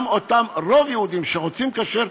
רוב היהודים שרוצים כשר,